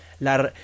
La